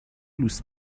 لوس